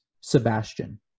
Sebastian